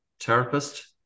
therapist